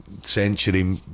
century